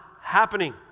happening